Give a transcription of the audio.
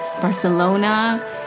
Barcelona